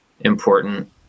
important